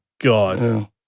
God